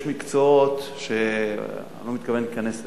יש מקצועות שאני לא מתכוון להיכנס אליהם,